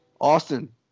Austin